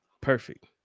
perfect